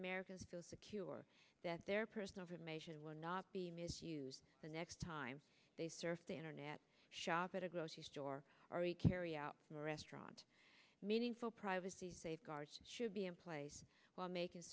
americans feel secure that their personal freedom ation will not be misused the next time they surf the internet shop at a grocery store or a carry out more restaurant meaningful privacy safeguards should be in place while making